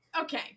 Okay